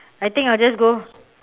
I think I'll just go